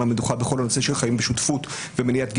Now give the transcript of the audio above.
המדוכה בכל הנושא של חיים בשותפות ומניעת גזענות,